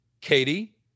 Katie